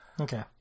Okay